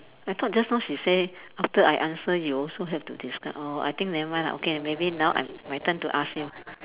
I taught just now she say after I answer you also have to discuss oh I think nevermind lah okay maybe now I my turn to ask you